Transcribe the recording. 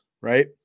right